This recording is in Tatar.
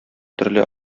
төрле